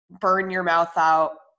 burn-your-mouth-out